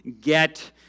get